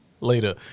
later